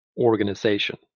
organization